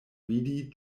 vidi